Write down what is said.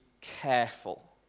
careful